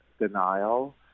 denial